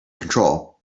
control